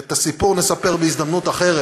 את הסיפור נספר בהזדמנות אחרת,